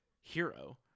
hero